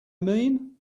mean